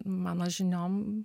mano žiniom